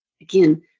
again